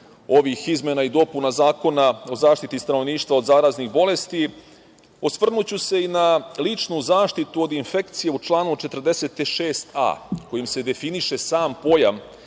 izmena i dopuna Zakona o zaštiti stanovništva od zaraznih bolesti, osvrnuću se i na ličnu zaštitu od infekcija u članu 46a), kojim se definiše sam pojam